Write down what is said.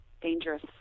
dangerous